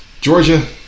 Georgia